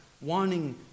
wanting